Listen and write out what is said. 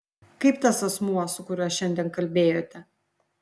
kaip tas asmuo su kuriuo šiandien kalbėjote